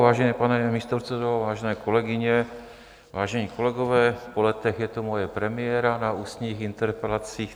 Vážený pane místopředsedo, vážené kolegyně, vážení kolegové, po letech je to moje premiéra na ústních interpelacích.